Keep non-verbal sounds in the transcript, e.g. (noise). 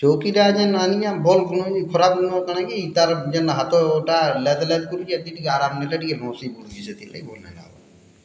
ଚୌକି ଦାରଜେ ମାନିଆ ଭଲ୍ ଗୁଣ ବି ଖରାପ୍ ଗୁଣ କାଣା କି ତାର୍ ଜେନ୍ ହାତ ଟା (unintelligible) ଲାଇଟ୍ କରିକି ଏତ୍କି ଟିକେ ଆରମ୍ ଟିକେ (unintelligible) ପଡ଼ୁଛି ସେଥିର୍ ଲାଗି ଭଲ୍ ନାଇଁନା ହବା